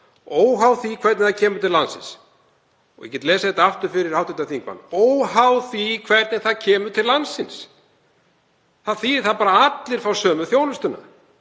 óháð því hvernig það kemur til landsins. Ég get lesið þetta aftur fyrir hv. þingmann, óháð því hvernig það kemur til landsins. Það þýðir að allir fá sömu þjónustuna